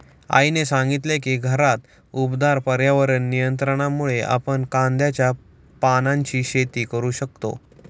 आईने सांगितले की घरात उबदार पर्यावरण नियंत्रणामुळे आपण कांद्याच्या पानांची शेती करू शकतो